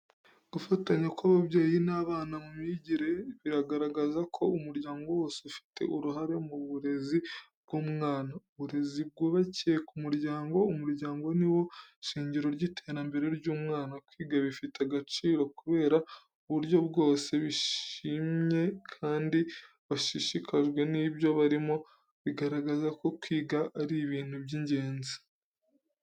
Gufatanya kw’ababyeyi n’abana mu myigire biragaragaza ko umuryango wose ufite uruhare mu burezi bw’umwana. Uburezi bwubakiye ku muryango. Umuryango ni wo shingiro ry’iterambere ry’umwana. Kwiga bifite agaciro kubera uburyo bose bishimye kandi bashishikajwe n’ibyo barimo, bigaragaza ko kwiga ari ibintu by’ingenzi.